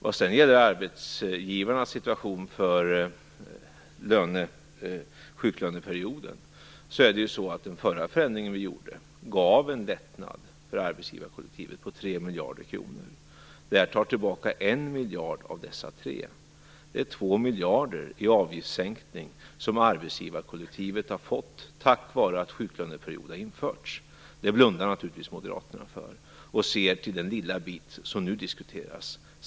Vad sedan gäller arbetsgivarnas situation beträffande sjuklöneperioden, gav den förra förändringen som vi gjorde en lättnad för arbetsgivarkollektivet på 3 miljarder kronor. Det här tar tillbaka 1 miljard av dessa 3 miljarder. Det är 2 miljarder i avgiftssänkning som arbetsgivarkollektivet har fått, tack vare att sjuklöneperiod har införts. Det blundar Moderaterna naturligtvis för, och de ser till den lilla bit som nu diskuteras.